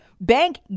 Bank